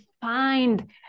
find